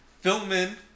filming